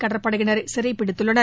கடற்படையினர் சிறைபிடித்துள்ளனர்